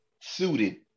suited